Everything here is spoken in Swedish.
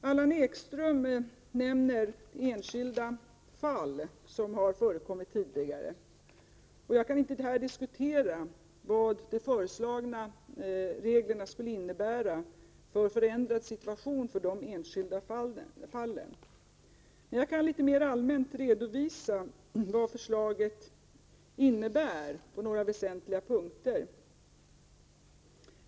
Allan Ekström nämner enskilda fall som har förekommit tidigare. Jag kan inte här diskutera vilken förändrad situation de föreslagna reglerna skulle innebära för de enskilda fallen. Jag kan dock litet mer allmänt redovisa vad förslaget innebär på några väsentliga punkter.